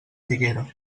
figuera